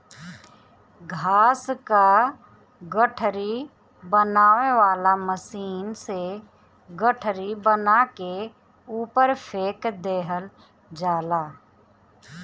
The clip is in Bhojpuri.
घास क गठरी बनावे वाला मशीन से गठरी बना के ऊपर फेंक देहल जाला